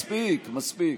מספיק, מספיק.